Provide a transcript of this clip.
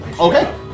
Okay